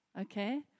Okay